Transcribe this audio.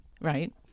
right